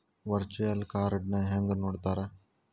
Virtual ಕಾರ್ಡ್ನ ಹೆಂಗ್ ನೋಡ್ತಾರಾ?